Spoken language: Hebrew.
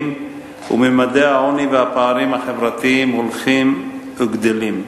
וממדי העוני והפערים החברתיים הולכים וגדלים.